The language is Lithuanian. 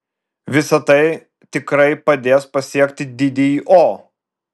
visa tai tikrai padės pasiekti didįjį o